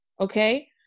Okay